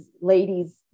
ladies